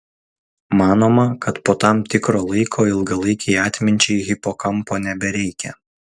manoma kad po tam tikro laiko ilgalaikei atminčiai hipokampo nebereikia